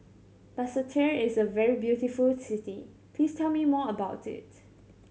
Basseterre is a very beautiful city please tell me more about it